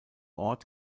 ort